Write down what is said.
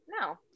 no